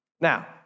Now